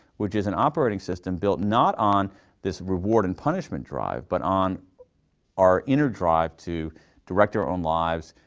which is an operating system built not on this reward and punishment drive but on our inner drive to direct our own lives,